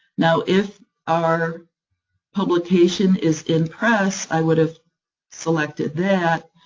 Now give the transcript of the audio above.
now, if our publication is in press, i would have selected that,